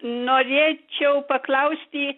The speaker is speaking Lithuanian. norėčiau paklausti